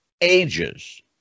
ages